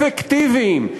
אפקטיביים,